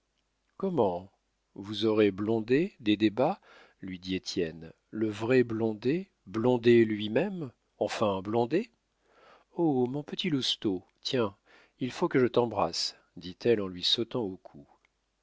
comment vous aurez blondet des débats lui dit étienne le vrai blondet blondet lui-même enfin blondet oh mon petit lousteau tiens il faut que je t'embrasse dit-elle en lui sautant au cou